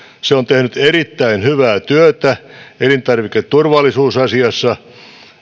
se on tehnyt erittäin hyvää työtä elintarviketurvallisuusasioissa